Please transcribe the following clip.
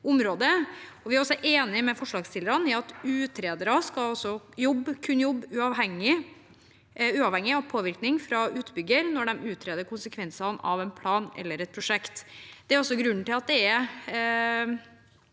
Vi er også enig med forslagsstillerne i at utredere skal kunne jobbe uavhengig av påvirkning fra utbygger når de utreder konsekvensene av en plan eller et prosjekt. Det er grunnen til at det er regelverk